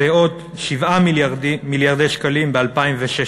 ועוד 7 מיליארד שקלים ב-2016"